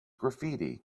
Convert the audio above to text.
graffiti